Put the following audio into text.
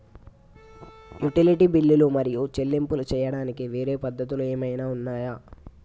Utility బిల్లులు మరియు చెల్లింపులు చేయడానికి వేరే పద్ధతులు ఏమైనా ఉన్నాయా?